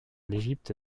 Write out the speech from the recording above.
l’égypte